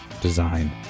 design